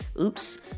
oops